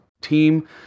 team